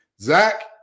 Zach